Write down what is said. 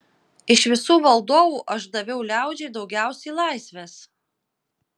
iš visų valdovų aš daviau liaudžiai daugiausiai laisvės